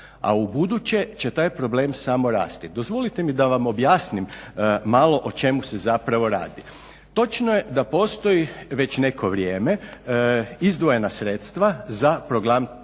a buduće će taj problem samo rasti. Dozvolite da vam objasnim malo o čemu se zapravo radi. Točno je da postoji već neko vrijeme izdvojena sredstva za program transplantacije.